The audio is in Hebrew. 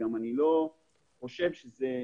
אני גם לא חושב שזה